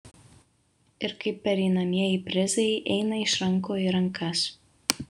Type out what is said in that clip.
ir kaip pereinamieji prizai eina iš rankų į rankas